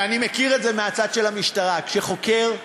ואני מכיר את זה מהצד של המשטרה: כשחוקר,